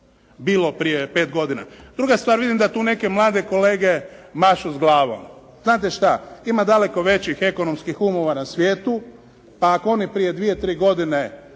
bilo prije pet godina. Druga stvar. Vidim da tu neke mlade kolege mašu s glavom. Znate što, ima daleko većih ekonomskih umova na svijetu pa ako oni prije dva-tri mjeseca